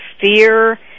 fear